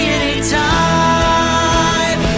anytime